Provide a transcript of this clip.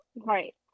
right